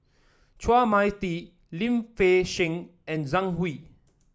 Chua Mia Tee Lim Fei Shen and Zhang Hui